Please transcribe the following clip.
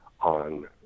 on